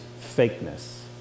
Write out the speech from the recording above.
fakeness